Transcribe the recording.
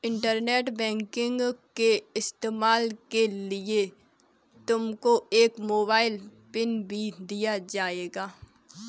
internet banking के इस्तेमाल के लिए तुमको एक मोबाइल पिन भी दिया जाएगा